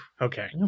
okay